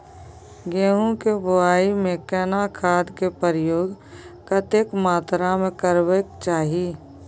गेहूं के बुआई में केना खाद के प्रयोग कतेक मात्रा में करबैक चाही?